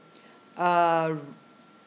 uh ru~